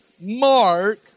mark